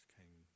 came